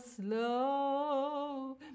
slow